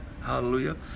Hallelujah